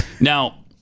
Now